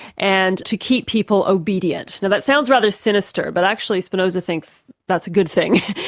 and to keep people obedient. now that sounds rather sinister, but actually spinoza thinks that's good thing.